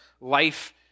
life